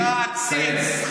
אתה עציץ.